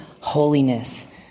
holiness